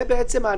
בעצם,